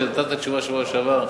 שנתן את התשובה בשבוע שעבר,